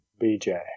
BJ